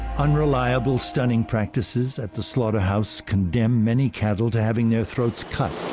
unreliable stunning practices at the slaughterhouse condemn many cattle to having their throats cut